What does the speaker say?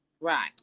Right